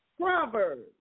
Proverbs